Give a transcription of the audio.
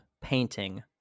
painting